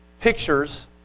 pictures